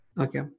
okay